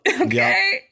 Okay